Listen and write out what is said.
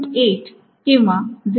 8 किंवा 0